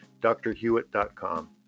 drhewitt.com